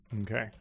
Okay